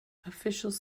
officials